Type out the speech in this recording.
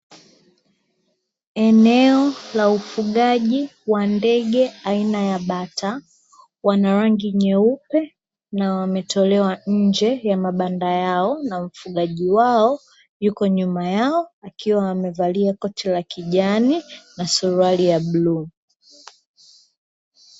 Eneo la ufugaji wa ndege aina ya bata wana rangi nyeupe na wametolewa nje ya mabanda lao, na mfugaji wao yuko nyuma yao akiwa amevalia kocha la kijani na suruali ya bluu.